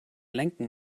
lenken